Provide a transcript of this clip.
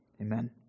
Amen